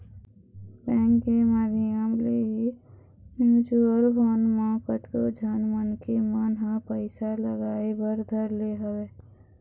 bank के माधियम ले ही म्यूचुवल फंड म कतको झन मनखे मन ह पइसा लगाय बर धर ले हवय